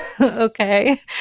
Okay